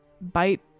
bite